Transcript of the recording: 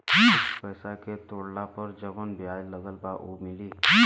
Fix पैसा के तोड़ला पर जवन ब्याज लगल बा उ मिली?